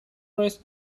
raise